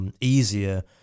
Easier